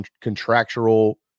contractual